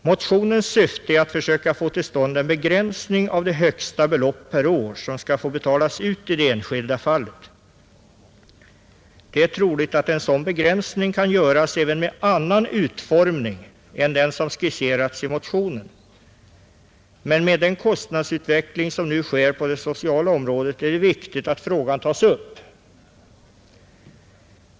Motionens syfte är att få till stånd en begränsning av det högsta belopp per år som skall få betalas ut i det enskilda fallet. Det är troligt att en sådan begränsning kan göras även med annan utformning än den som skisserats i motionen, Men med den kostnadsutveckling som nu sker på det sociala området är det viktigt att frågan tas upp.